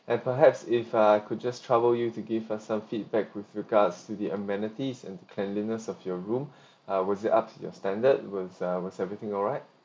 and perhaps if I could just trouble you to give us some feedback with regards to the amenities and the cleanliness of your room ah was it up to your standard was ah was everything all right